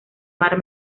mar